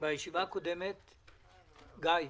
גיא,